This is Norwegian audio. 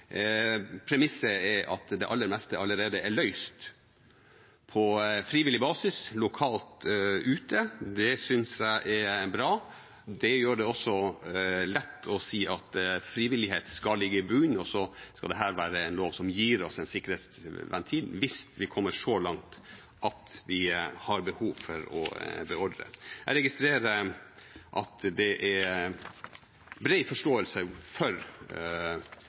Premisset er at det aller meste allerede er løst på frivillig basis lokalt der ute. Det synes jeg er bra. Det gjør det også lett å si at frivillighet skal ligge i bunnen, og så skal dette være en lov som gir oss en sikkerhetsventil hvis vi kommer så langt at vi har behov for å beordre. Jeg registrerer at det er bred forståelse for